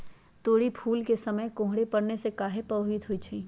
तोरी फुल के समय कोहर पड़ने से काहे पभवित होई छई?